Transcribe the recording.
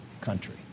country